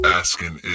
asking